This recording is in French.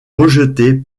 rejetée